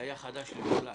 היה לי חדש לא לקבע בכלל.